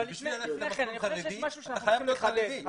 כדי להיות במסלול חרדי, אתה חייב להיות חרדי.